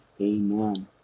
Amen